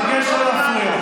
אני מבקש לא להפריע.